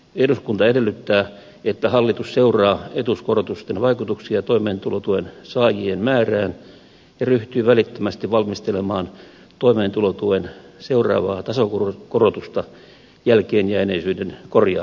eduskunta edellyttää että hallitus seuraa etuuskorotusten vaikutuksia toimeentulotuen saajien määrään ja ryhtyy välittömästi valmistelemaan toimeentulotuen seuraavaa tasokorotusta jälkeenjääneisyyden korjaamiseksi